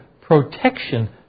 protection